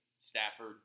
Stafford